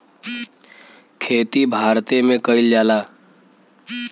खेती भारते मे कइल जाला